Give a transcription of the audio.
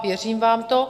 Věřím vám to.